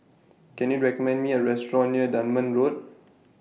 Can YOU recommend Me A Restaurant near Dunman Road